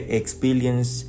experience